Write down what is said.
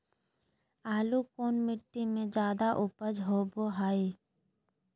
आलू कौन मिट्टी में जादा ऊपज होबो हाय?